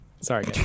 Sorry